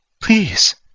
Please